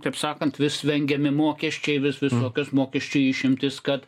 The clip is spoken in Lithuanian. taip sakant vis vengiami mokesčiai vis visokios mokesčių išimtys kad